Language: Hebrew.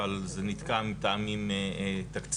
אבל זה נתקע מטעמים תקציביים,